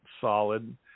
solid